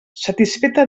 satisfeta